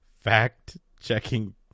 fact-checking